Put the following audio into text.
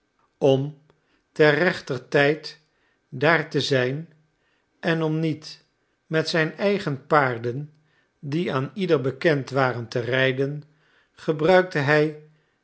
om ter rechtertijd daar te zijn en om niet met zijn eigen paarden die aan ieder bekend waren te rijden gebruikte hij